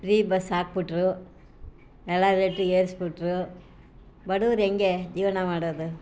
free bus ಹಾಕ್ಬಿಟ್ರು ಎಲ್ಲ rate ಏರಿಸಿಬಿಟ್ರು ಬಡವ್ರು ಹೇಗೆ ಜೀವನ ಮಾಡೋದು